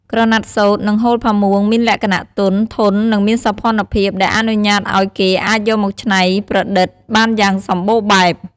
ក្រណាត់សូត្រ និងហូលផាមួង មានលក្ខណៈទន់ ធន់ និងមានសោភ័ណភាព ដែលអនុញ្ញាតឱ្យគេអាចយកមកច្នៃប្រតិដ្ឋបានយ៉ាងសម្បូរបែប។